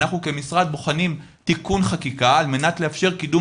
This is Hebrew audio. אנחנו כמשרד בוחנים תיקון חקיקה על מנת לאפשר קידום